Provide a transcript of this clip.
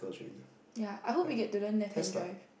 ya I hope we get to learn left hand drive